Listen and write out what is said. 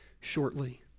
shortly